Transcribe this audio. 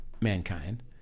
mankind